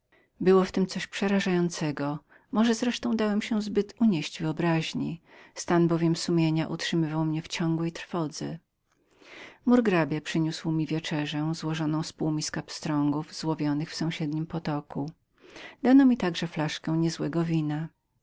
odznaczał twarze doznałem przykrego uczucia może też że dałem się zbyt unieść wyobraźni stan bowiem mego sumienia utrzymywał mnie w ciągłej trwodze murgrabia przyniósł mi wieczerzę złożoną z półmiska pstrągów złowionych w sąsiednim potoku dano mi także flaszkę nie złego wina